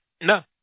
No